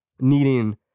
needing